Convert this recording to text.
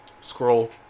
Scroll